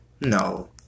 No